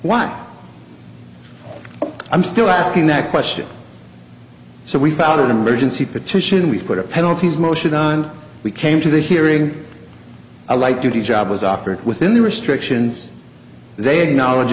while i'm still asking that question so we found an emergency petition we put a penalties motion on we came to the hearing a light duty job was offered within the restrictions they acknowledge